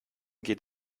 geht